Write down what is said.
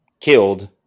killed